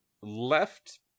left